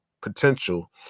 potential